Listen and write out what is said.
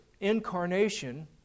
incarnation